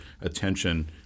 attention